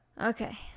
Okay